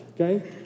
okay